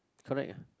correct